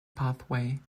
pathway